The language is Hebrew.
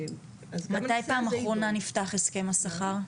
מתי בפעם האחרונה נפתח הסכם השכר?